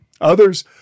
Others